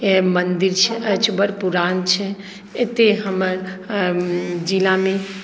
मन्दिर छै अछि बड़ पुरान छै एतय हमर जिलामे